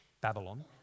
Babylon